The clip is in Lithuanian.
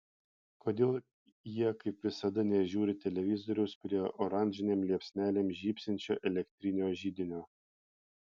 kodėl jie kaip visada nežiūri televizoriaus prie oranžinėm liepsnelėm žybsinčio elektrinio židinio